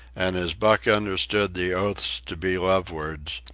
and as buck understood the oaths to be love words,